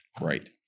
Right